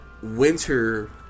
winter